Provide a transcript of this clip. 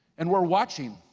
and we're watching,